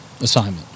Assignment